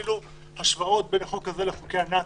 ואפילו השוואות בין החוק הזה לחוקי הנאצים.